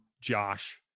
Josh